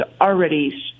already